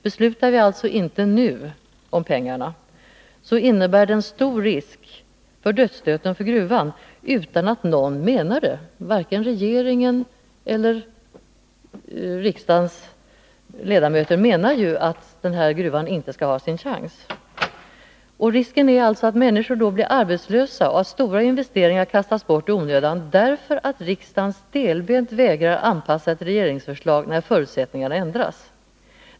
Beslutar vi alltså inte nu om pengarna innebär det stor risk för dödsstöten för gruvan, utan att någon menar det — varken regeringen eller riksdagens ledamöter menar ju att den här gruvan inte skall få sin chans. Risken är då stor att människor blir arbetslösa och att stora investeringar kastas bort i onödan därför att riksdagen stelbent vägrar anpassa ett regeringsförslag när förutsättningarna ändras.